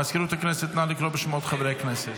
מזכירות הכנסת, נא לקרוא בשמות חברי הכנסת.